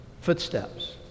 footsteps